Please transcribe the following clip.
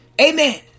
amen